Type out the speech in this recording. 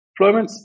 Deployments